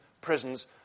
prisons